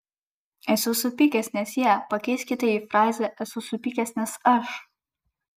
esu supykęs nes jie pakeiskite į frazę esu supykęs nes aš